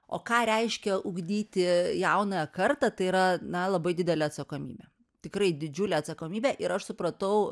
o ką reiškia ugdyti jaunąją kartą tai yra na labai didelė atsakomybė tikrai didžiulė atsakomybė ir aš supratau